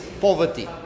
poverty